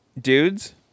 Dudes